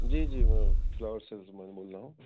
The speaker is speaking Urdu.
جی جی میں فلاور سیلس مین بول رہا ہوں